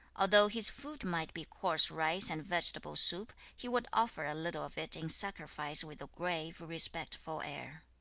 although his food might be coarse rice and vegetable soup, he would offer a little of it in sacrifice with a grave, respectful air.